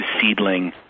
seedling